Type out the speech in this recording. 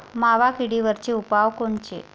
मावा किडीवरचे उपाव कोनचे?